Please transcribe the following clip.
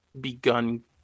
begun